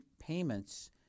payments